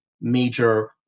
major